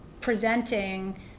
presenting